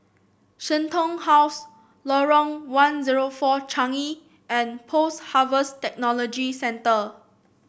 Shenton House Lorong one zero four Changi and Post Harvest Technology Centre